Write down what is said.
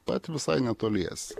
pat visai netoliese